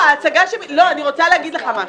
אני רוצה להגיד לך משהו.